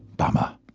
bummer